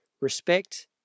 respect